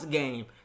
game